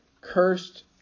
cursed